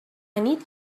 need